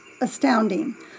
astounding